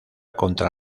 contra